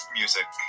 music